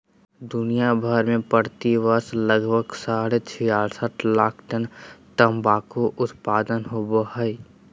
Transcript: दुनिया भर में प्रति वर्ष लगभग साढ़े छियासठ लाख टन तंबाकू उत्पादन होवई हई,